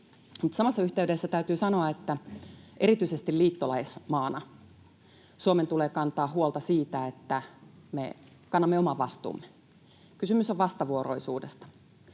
samassa yhteydessä täytyy sanoa, että erityisesti liittolaismaana Suomen tulee kantaa huolta siitä, että me kannamme oman vastuumme. Kysymys on vastavuoroisuudesta.